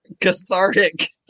Cathartic